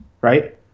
right